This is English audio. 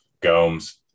Gomes